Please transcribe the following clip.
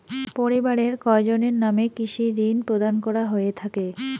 পরিবারের কয়জনের নামে কৃষি ঋণ প্রদান করা হয়ে থাকে?